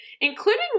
including